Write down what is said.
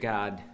God